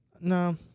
No